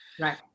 Right